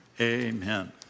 Amen